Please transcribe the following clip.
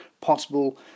possible